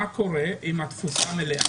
מה קורה אם התפוסה מלאה?